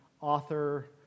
author